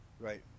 Right